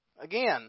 again